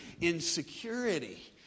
insecurity